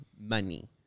money